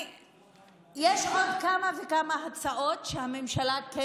יש עוד כמה וכמה הצעות שהממשלה כן